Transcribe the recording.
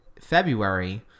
February